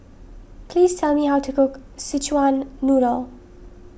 please tell me how to cook Szechuan Noodle